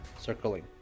circling